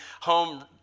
home